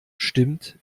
stimmt